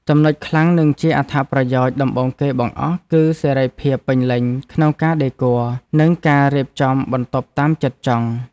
ចំណុចខ្លាំងនិងជាអត្ថប្រយោជន៍ដំបូងគេបង្អស់គឺសេរីភាពពេញលេញក្នុងការដេគ័រនិងការរៀបចំបន្ទប់តាមចិត្តចង់។